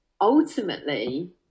ultimately